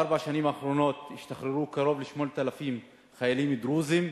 בארבע השנים האחרונות השתחררו קרוב ל-8,000 חיילים דרוזים.